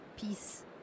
peace